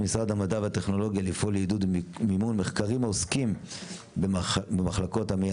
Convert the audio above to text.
ממשרד המדע והטכנולוגיה לפעול לעידוד מימון מחקרים העוסקים במחלקות המעי